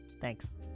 thanks